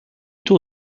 tour